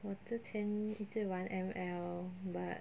我之前一直玩 M_L but